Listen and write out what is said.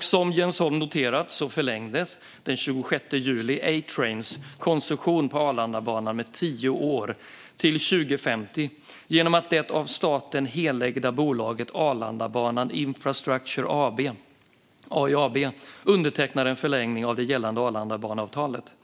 Som Jens Holm noterat förlängdes den 26 juli A-Trains koncession på Arlandabanan med tio år till 2050 genom att det av staten helägda bolaget Arlandabanan Infrastructure AB, AIAB, undertecknade en förlängning av det gällande Arlandabaneavtalet.